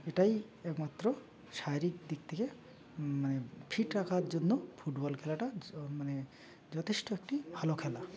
এটাই একমাত্র শারীরিক দিক থেকে মানে ফিট রাখার জন্য ফুটবল খেলাটা মানে যথেষ্ট একটি ভালো খেলা